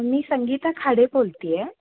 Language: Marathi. मी संगीता खाडे बोलते आहे